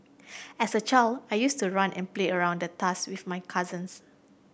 as a child I used to run and play around the tusk with my cousins